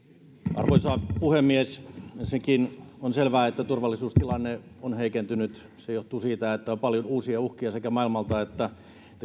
arvoisa puhemies ensinnäkin on selvää että turvallisuustilanne on heikentynyt se johtuu siitä että on paljon uusia uhkia sekä maailmalta että